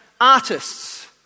artists